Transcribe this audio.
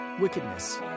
wickedness